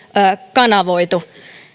kanavoitu